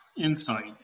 insight